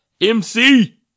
MC